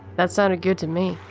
that sounded good to me.